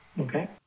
okay